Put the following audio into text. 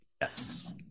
Yes